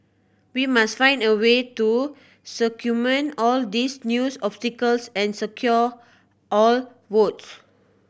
we must find a way to circumvent all these news obstacles and secure our votes